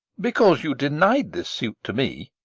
because you deni'd this suit to me,